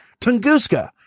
Tunguska